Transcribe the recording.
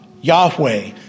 Yahweh